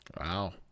wow